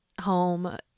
home